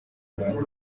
mwaka